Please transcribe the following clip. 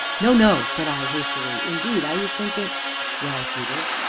no, no, said i hastily, indeed i was thinking well, peter?